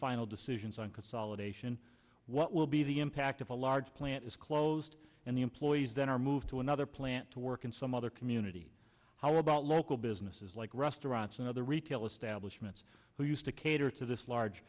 final decisions on consolidation what will be the impact of a large plant is closed and the employees then are moved to another plant to work in some other community how about local businesses like restaurants and other retail establishments who used to cater to this large